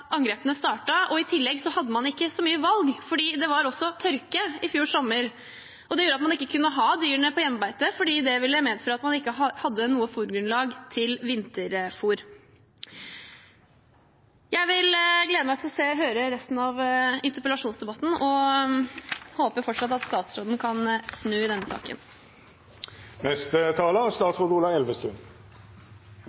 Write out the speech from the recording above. angrepene startet. I tillegg hadde man ikke så mange valg, fordi det også var tørke i fjor sommer. Det gjorde at man ikke kunne ha dyrene på hjemmebeite, fordi det ville medføre at man ikke ville ha noe fôrgrunnlag for vinterfôr. Jeg gleder meg til å se og høre resten av interpellasjonsdebatten og håper fortsatt at statsråden kan snu i denne saken.